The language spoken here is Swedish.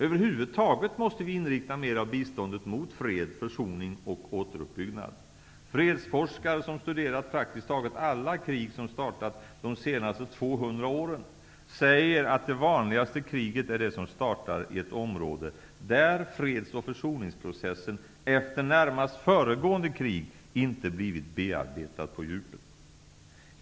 Över huvud taget måste vi inrikta mer av biståndet mot fred, försoning och återuppbyggnad. Fredsforskare som studerat praktiskt taget alla krig som startat de senaste 200 åren, säger att det vanligaste kriget är det som startar i ett område där freds och försoningsprocessen efter närmast föregående krig inte blivit bearbetad på djupet.